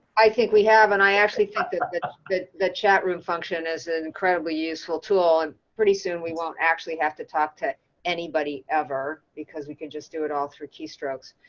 i think we have and i actually thought like that ah that the chat room function is an incredibly useful tool and pretty soon we won't actually have to talk to anybody ever because we can just do it all through keystrokes.